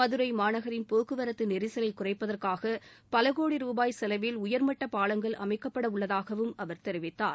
மதுரைமாநகரின் போக்குவரத்துநெரிகலைகுறைப்பதற்காகபலகோடி ருபாய் செலவில் உயர்மட்டப் பாலங்கள் அமைக்கப்படவுள்ளதாகவும் அவர் தெரிவித்தார்